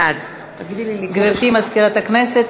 בעד גברתי מזכירת הכנסת,